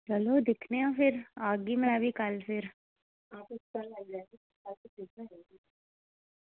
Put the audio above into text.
अच्छा दिक्खने आं फिर आह्गी कल्ल में फिर